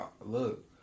Look